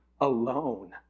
alone